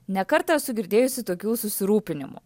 ne kartą esu girdėjusi tokių susirūpinimų